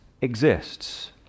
exists